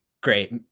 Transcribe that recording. great